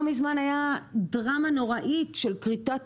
לא מזמן הייתה דרמה נוראית של כריתת